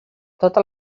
tota